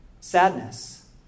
sadness